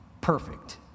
Perfect